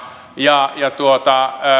ja